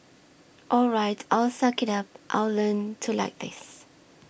all right I'll suck it up I'll learn to like this